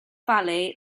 valley